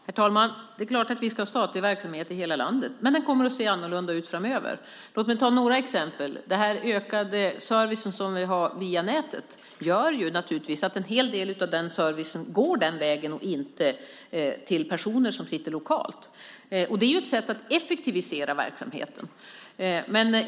Herr talman! Det är klart att vi ska ha statlig verksamhet i hela landet, men den kommer att se annorlunda ut framöver. Låt mig ta några exempel. Den ökade servicen som vi har via nätet gör naturligtvis att en hel del av den servicen går den vägen och inte via personer som sitter lokalt. Det är ju ett sätt att effektivisera verksamheten.